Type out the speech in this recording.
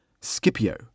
scipio